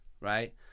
right